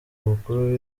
mukuru